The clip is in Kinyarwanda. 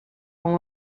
anywa